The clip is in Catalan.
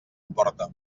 emporta